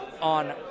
on